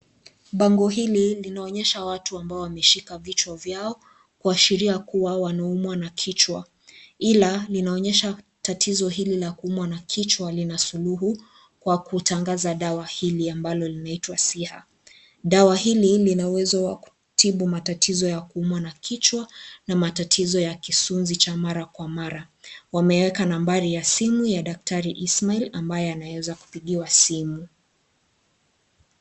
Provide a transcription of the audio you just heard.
Bango hili linaonyesha watu ambao wameshika vichwa vyao kuashiria kuwa wanaumwa na kichwa. Ila linaonysha kuwa tatizo hili la kuumwa na kichwa lina suluhu kwa kutangaza dawa hili ambalo linaitwa SIHA. Dawa hili linauwezo wa kutibu mataizo ya kuumwa na kichwa na matatizo ya kisunzi cha mara kwa mara. Wameweka nambari ya simu ya daktari Ismail ambaye anaweza kipigiwa simu.